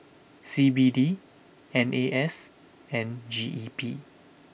C B D N A S and G E P